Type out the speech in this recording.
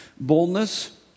boldness